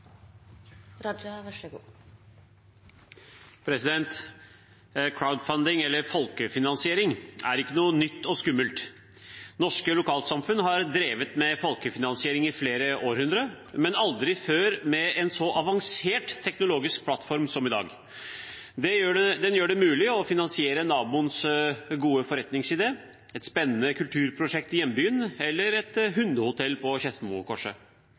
med en så avansert teknologisk plattform som i dag. Den gjør det mulig å finansiere naboens gode forretningsidé, et spennende kulturprosjekt i hjembyen eller et hundehotell på